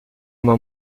uma